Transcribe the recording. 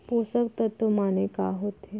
पोसक तत्व माने का होथे?